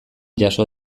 jaso